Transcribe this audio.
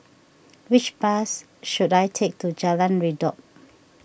which bus should I take to Jalan Redop